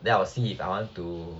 then I'll see if I want to